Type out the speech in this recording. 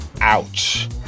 Ouch